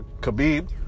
Khabib